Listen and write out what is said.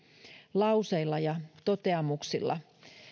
lauseilla ja toteamuksilla